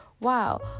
wow